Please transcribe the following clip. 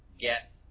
get